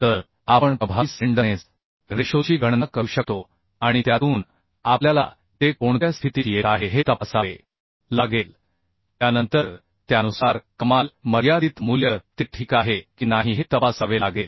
तर आपण प्रभावी स्लेंडरनेस रेशोची गणना करू शकतो आणि त्यातून आपल्याला ते कोणत्या स्थितीत येत आहे हे तपासावे लागेल त्यानंतर त्यानुसार कमाल मर्यादित मूल्य ते ठीक आहे की नाही हे तपासावे लागेल